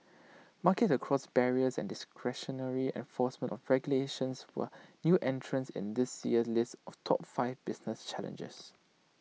market across barriers and discretionary enforcement of regulations were new entrants in this year's list of top five business challenges